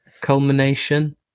Culmination